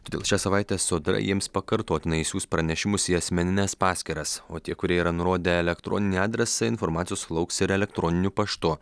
todėl šią savaitę sodra jiems pakartotinai siųs pranešimus į asmenines paskyras o tie kurie yra nurodę elektroninį adresą informacijos sulauks ir elektroniniu paštu